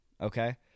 Okay